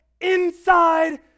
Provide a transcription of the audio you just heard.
inside